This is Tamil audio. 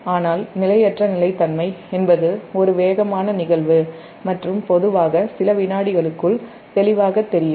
ஆனால் நிலையற்ற நிலைத்தன்மை என்பது ஒரு வேகமான நிகழ்வு மற்றும் பொதுவாக சில வினாடிகளுக்குள் தெளிவாகத் தெரியும்